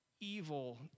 evil